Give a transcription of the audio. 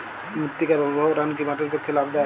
মৃত্তিকা সৌরায়ন কি মাটির পক্ষে লাভদায়ক?